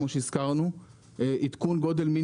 כפי שהזכרנו,